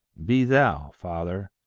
be thou, father,